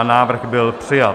Návrh byl přijat.